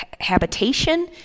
habitation